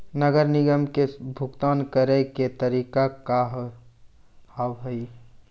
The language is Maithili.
नगर निगम के भुगतान करे के तरीका का हाव हाई?